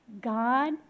God